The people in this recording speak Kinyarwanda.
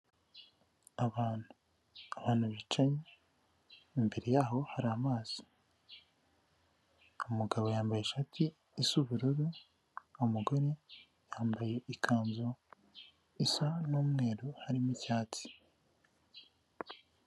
Abantu, abantu bicaye imbere yabo hari amazi, umugabo yambaye ishati isa ubururu umugore yambaye ikanzu isa n'umweru harimo icyatsi.